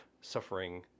suffering